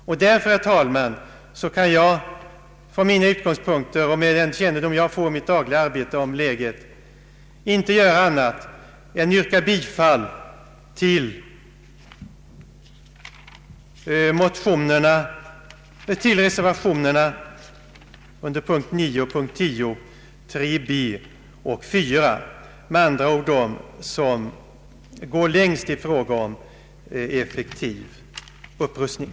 Jag kan därför, herr talman, från mina utgångspunkter och med den kännedom jag i mitt dagliga arbete har om läget på det område det här gäller inte göra annat än att, sedan punkterna föredragits, yrka bifall till reservationen b vid punkten 9 och reservationen under punkten 10 i föreliggande utlåtande, med andra ord de reservationer som går längst i fråga om effektiv upprustning.